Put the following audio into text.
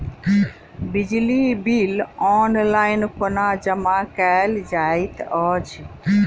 बिजली bill online कोना जमा कएल जाइत अछि?